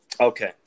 Okay